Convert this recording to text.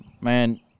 man